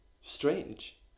strange